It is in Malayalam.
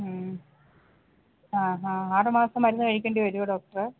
മ്മ് ആ ഹാ ആറ് മാസം മരുന്നു കഴിക്കേണ്ടി വരുമോ ഡോക്ടറെ